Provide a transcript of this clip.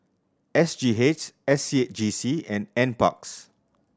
S G H S C G C and Nparks